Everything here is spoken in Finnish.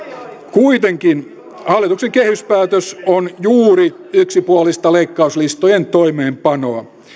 kuitenkin hallituksen kehyspäätös on juuri yksipuolista leikkauslistojen toimeenpanoa